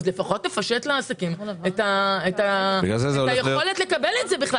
לפחות תפשט לעסקים את היכולת לקבל את זה בכלל